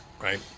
right